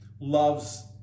loves